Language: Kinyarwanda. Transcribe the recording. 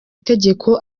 itegeko